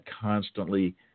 constantly